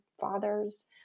fathers